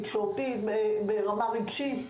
תקשורתית וברמה הרגשית.